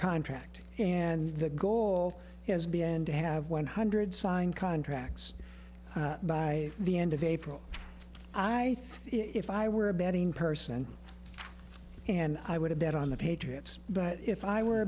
contract and the goal has been to have one hundred signed contracts by the end of april i think if i were a betting person and i would have bet on the patriots but if i were